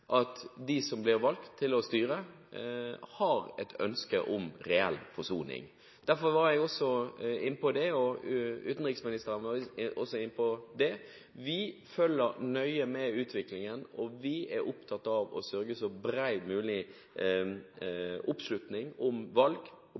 at de som blir valgt til å styre, har et ønske om reell forsoning. Derfor var jeg innom det, og utenriksministeren var også innom det. Vi følger utviklingen nøye, og vi er opptatt av å sørge for bredest mulig